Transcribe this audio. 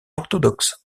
orthodoxes